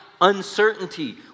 uncertainty